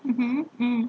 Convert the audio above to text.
mmhmm mm